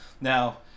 Now